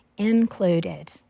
included